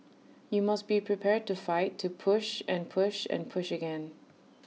you must be prepared to fight to push and push and push again